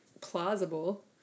plausible